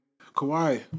Kawhi